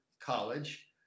college